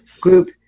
group